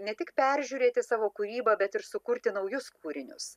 ne tik peržiūrėti savo kūrybą bet ir sukurti naujus kūrinius